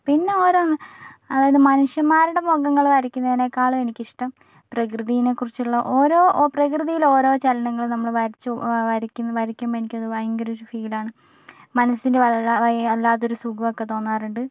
പിന്നെ ഓരോ അതായത് മനുഷ്യന്മാരുടെ മുഖങ്ങൾ വരക്കുന്നതിനേക്കാളും എനിക്കിഷ്ടം പ്രകൃതിനെക്കുറിച്ചുള്ള ഒരോ പ്രകൃതിയിലെ ഓരോ ചലനങ്ങൾ നമ്മൾ വരച്ചു വരയ്ക്കുമ്പോൾ എനിക്ക് ഭയങ്കര ഒരു ഫീലാണ് മനസ്സിനു വല്ലാത്തൊരു സുഖമൊക്കെ തോന്നാറുണ്ട്